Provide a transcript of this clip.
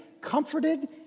comforted